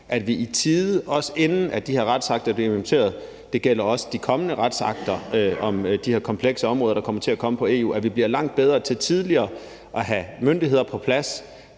at vi i tide, også inden at de her retsakter bliver implementeret – det gælder også de kommende retsakter om de her komplekse områder, der kommer til at komme fra EU – bliver langt bedre til tidligere at have myndigheder på plads,